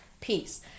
peace